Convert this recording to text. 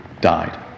died